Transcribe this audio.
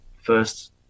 first